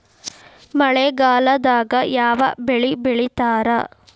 ಮಳೆಗಾಲದಾಗ ಯಾವ ಬೆಳಿ ಬೆಳಿತಾರ?